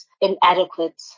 inadequate